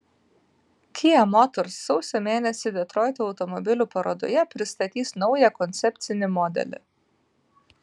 kia motors sausio mėnesį detroito automobilių parodoje pristatys naują koncepcinį modelį